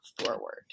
forward